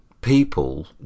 people